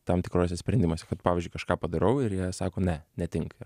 tam tikruose sprendimuose kad pavyzdžiui kažką padarau ir jie sako ne netinka